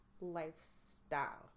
lifestyle